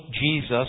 Jesus